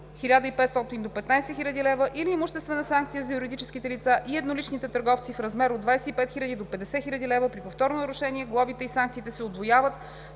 1500 до 15 000 лв., или имуществена санкция – за юридическите лица и едноличните търговци, в размер от 25 000 до 50 000 лв. При повторно нарушение глобите и санкциите се удвояват.